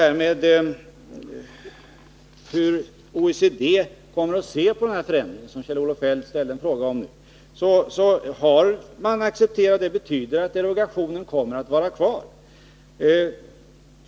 Kjell-Olof Feldt ställde en fråga om hur OECD kommer att se på förändringen. OECD har accepterat den. Det betyder att derogationen kommer att vara kvar.